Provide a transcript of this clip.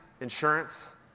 insurance